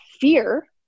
fear